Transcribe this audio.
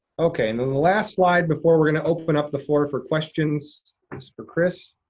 okay, and then the last slide before we're gonna open up the floor for questions, mr. kris.